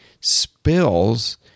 spills